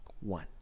one